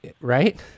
right